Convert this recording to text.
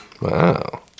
Wow